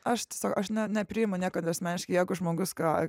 aš tiesiog aš ne nepriimu niekad asmeniškai jeigu žmogus ką